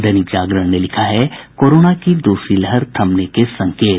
दैनिक जागरण ने लिखा है कोरोना की दूसरी लहर थमने के संकेत